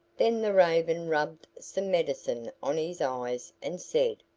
then the raven rubbed some medicine on his eyes and said,